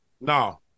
No